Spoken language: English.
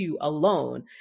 alone